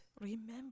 remember